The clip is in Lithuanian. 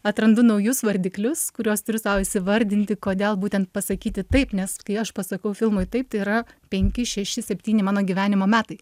atrandu naujus vardiklius kuriuos turiu sau įsivardinti kodėl būtent pasakyti taip nes kai aš pasakau filmui taip tai yra penki šeši septyni mano gyvenimo metai